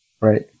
right